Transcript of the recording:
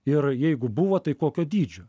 ir jeigu buvo tai kokio dydžio